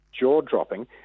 jaw-dropping